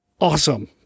awesome